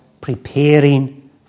preparing